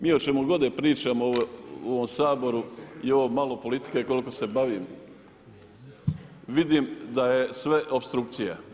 Mi o čemu god da pričamo u ovom Saboru i ovo malo politike koliko se bavim, vidim da je sve opstrukcija.